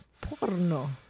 Porno